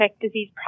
disease